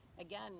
again